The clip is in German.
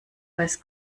weiß